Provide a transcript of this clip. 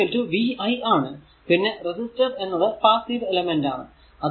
p vi ആണ് പിന്നെ resistor എന്നത് പാസ്സീവ് എലമെന്റ് ആണ്